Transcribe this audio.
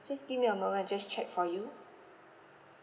just give me a moment I just check for you